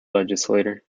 legislature